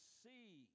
see